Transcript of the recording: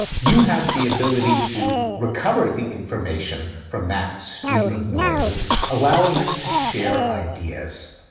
you have the ability to recover the information from that stream of noises allowing us to share ideas.